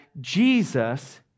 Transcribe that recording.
Jesus